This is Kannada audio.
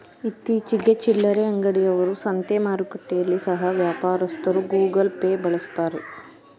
ಇತ್ತೀಚಿಗೆ ಚಿಲ್ಲರೆ ಅಂಗಡಿ ಅವರು, ಸಂತೆ ಮಾರುಕಟ್ಟೆಯಲ್ಲಿ ಸಹ ವ್ಯಾಪಾರಸ್ಥರು ಗೂಗಲ್ ಪೇ ಬಳಸ್ತಾರೆ